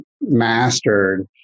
mastered